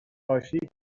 آشتی